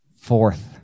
Fourth